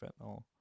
fentanyl